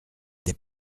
des